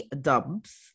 Dubs